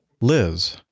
Liz